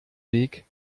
weg